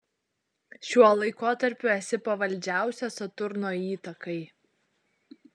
šiuo laikotarpiu esi pavaldžiausia saturno įtakai